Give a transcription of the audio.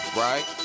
right